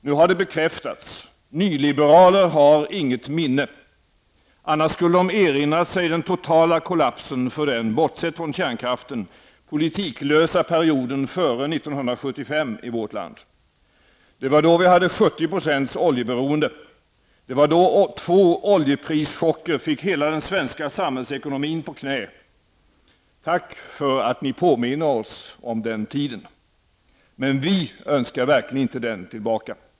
Nu har det bekräftats; nyliberaler har inget minne. Annars skulle de ha erinrat sig den totala kollapsen för den -- bortsett från kärnkraften -- politiklösa perioden före 1975 i vårt land. Det var då vi hade 70 % oljeberoende. Det var då två oljeprischocker fick hela den svenska samhällsekonomin på knä. Tack för att ni påminde oss om den tiden! Men vi önskar verkligen inte den tillbaka.